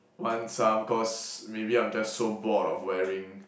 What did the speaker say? want some cause maybe I'm just so bored of wearing